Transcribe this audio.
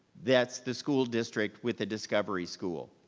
that's the school district with the discovery school.